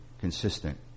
consistent